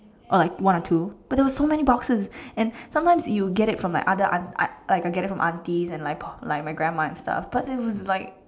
or like one or two but there were so many boxes and sometimes you get it from like other aunt like I get it from aunties and like my grandma and stuff but it was like